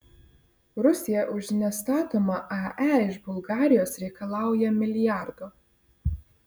rusija už nestatomą ae iš bulgarijos reikalauja milijardo